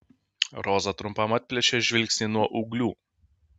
roza trumpam atplėšė žvilgsnį nuo ūglių